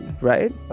Right